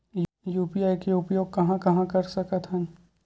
UPI के उपयोग कहां कहा कर सकत हन?